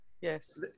yes